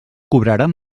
cobraran